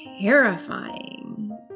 terrifying